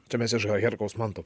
čia mes iš hai herkaus manto